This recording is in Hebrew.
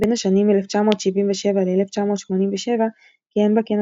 בין השנים 1977–1987 כיהן בה כנשיא.